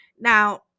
Now